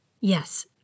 Yes